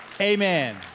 Amen